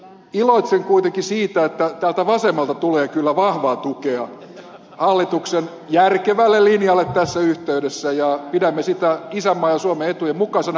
iloitsen kuitenkin siitä että täältä vasemmalta tulee kyllä vahvaa tukea hallituksen järkevälle linjalle tässä yhteydessä ja pidämme sitä isänmaan ja suomen etujen mukaisena